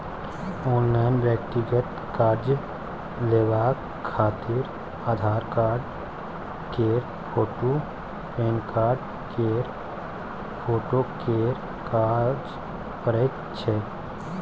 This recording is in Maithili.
ऑनलाइन व्यक्तिगत कर्जा लेबाक खातिर आधार कार्ड केर फोटु, पेनकार्ड केर फोटो केर काज परैत छै